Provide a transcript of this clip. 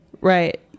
Right